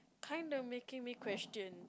kind of making me question